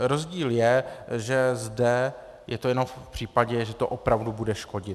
Rozdíl je, že zde je to jenom v případě, že to opravdu bude škodit.